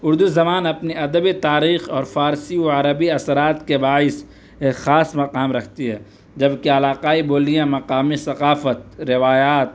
اردو زبان اپنے ادبی تاریخ اور فارسی و عربی اثرات کے باعث یہ خاص مقام رکھتی ہے جب کہ علاقائی بولیاں مقامی ثقافت روایات